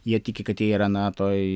jie tiki kad jie yra na toj